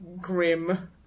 grim